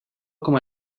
com